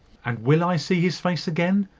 and will i see his face again,